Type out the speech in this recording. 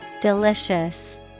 Delicious